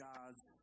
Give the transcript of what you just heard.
God's